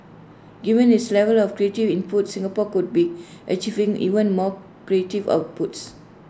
given its level of creative input Singapore could be achieving even more creative outputs